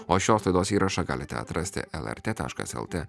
o šios laidos įrašą galite atrasti lrt taškas lt